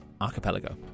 Archipelago